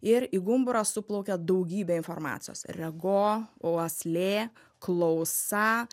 ir į gumburą suplaukia daugybė informacijos ir rego uoslė klausa